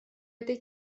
этой